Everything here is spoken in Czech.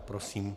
Prosím.